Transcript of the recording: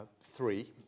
three